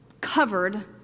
covered